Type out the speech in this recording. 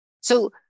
So-